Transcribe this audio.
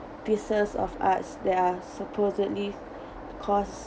pieces of arts that are supposedly costs